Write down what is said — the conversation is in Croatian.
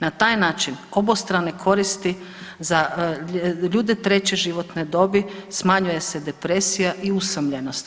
Na taj način obostrane koristi za ljude treće životne dobi smanjuje se depresija i usamljenost.